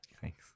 Thanks